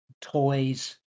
toys